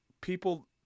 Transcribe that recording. people